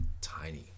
tiny